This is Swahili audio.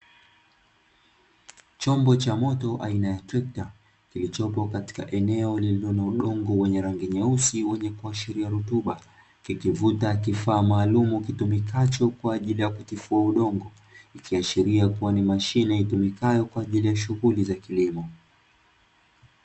Chombo cha moto aina ya trekta kilichopo katika eneo ulilo na udongo wenye rangi nyeusi wenye kuashiria rutuba, yakivuta kifaa maalumu kitumikacho kwa ajili ya kutifua udongo ikiashiria kuwa ni mashine itumikayo kwa ajili ya shughuli za kilimo.